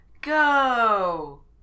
go